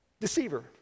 Deceiver